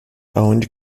aonde